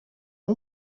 est